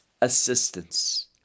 assistance